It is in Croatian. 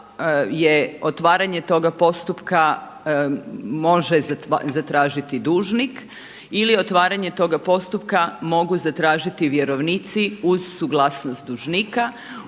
otvaranje toga postupka može zatražiti dužnik ili otvaranje toga postupka mogu zatražiti vjerovnici uz suglasnost dužnika.